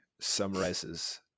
summarizes